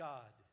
God